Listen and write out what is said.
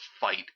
fight